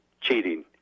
cheating